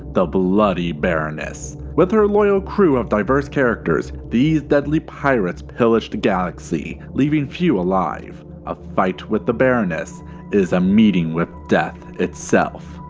the bloody baroness. with her loyal crew of diverse characters, these deadly pirates pillage the galaxy leaving few alive. a fight with the baroness is a meeting with death itself.